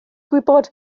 gwybod